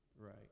Right